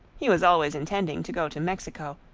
he was always intending to go to mexico,